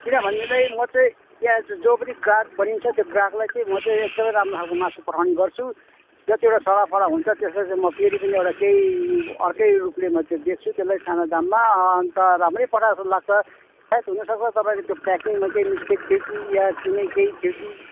किनभनेलाई म चाहिँ यहाँ जो पनि ग्राहक बनिन्छ त्यो ग्राहकलाई चाहिँ म चाहिँ एकदमै राम्रो खाले मासुहरू पठाउने गर्छु जतिवटा सडा फडा हुन्छ त्यसलाई चाहिँ म फेरि एउटा केही अर्कै रूपले म त्यो बेच्छु त्योलाई सानो दाममा अन्त राम्रै पठाएको जस्तो लाग्छ सायद हुनसक्छ तपाईँको त्यो प्याकिङमा केही मिस्टेक थियो कि या कुनै केही थियो कि